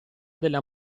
della